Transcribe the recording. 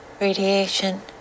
radiation